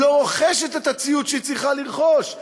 לא רוכשת את הציוד שהיא צריכה לרכוש?